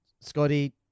Scotty